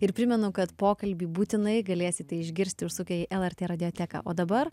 ir primenu kad pokalbį būtinai galėsite išgirsti užsukę į lrt radioteką o dabar